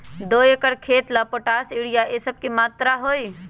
दो एकर खेत के ला पोटाश, यूरिया ये सब का मात्रा होई?